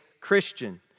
Christian